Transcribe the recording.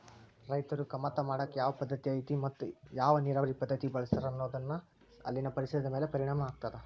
ರೈತರು ಕಮತಾ ಮಾಡಾಕ ಯಾವ ಪದ್ದತಿ ಐತಿ ಮತ್ತ ಯಾವ ನೇರಾವರಿ ಪದ್ಧತಿ ಬಳಸ್ತಾರ ಅನ್ನೋದು ಅಲ್ಲಿನ ಪರಿಸರದ ಮ್ಯಾಲ ಪರಿಣಾಮ ಆಗ್ತದ